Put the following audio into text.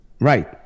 right